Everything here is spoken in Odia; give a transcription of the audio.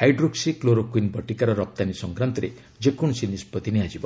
ହାଇଡ୍ରୋକ୍ସି କ୍ଲୋରୋକୁଇନ୍ ବଟିକାର ରପ୍ତାନୀ ସଂକ୍ରାନ୍ତରେ ଯେକୌଣସି ନିଷ୍ପଭି ନିଆଯିବ